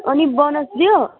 अनि बोनस दियो